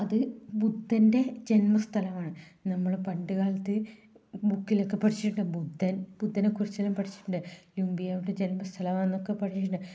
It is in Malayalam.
അത് ബുദ്ധൻ്റെ ജന്മസ്ഥലമാണ് നമ്മൾ പണ്ട് കാലത്ത് ബുക്കിൽ ഒക്കെ പഠിച്ചിട്ടുണ്ട് ബുദ്ധൻ ബുദ്ധനെ കുറിച്ച് എല്ലാം പഠിച്ചിട്ടുണ്ട് ലൂമ്പിയ ജന്മസ്ഥലമാന്നൊക്കെ പഠിച്ചിട്ടുണ്ട്